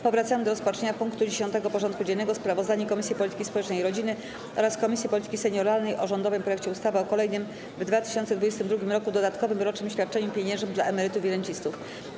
Powracamy do rozpatrzenia punktu 10. porządku dziennego: Sprawozdanie Komisji Polityki Społecznej i Rodziny oraz Komisji Polityki Senioralnej o rządowym projekcie ustawy o kolejnym w 2022 r. dodatkowym rocznym świadczeniu pieniężnym dla emerytów i rencistów.